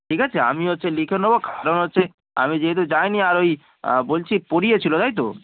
ঠিক আছে আমি হচ্ছে লিখে নেবো কারণ হচ্ছে আমি যেহেতু যাই নি আর ওই বলছি গিয়েছিলো তাই তো